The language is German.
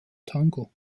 tango